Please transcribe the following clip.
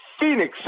Phoenix